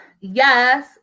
yes